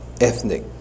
ethnic